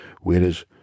whereas